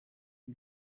y’u